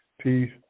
Peace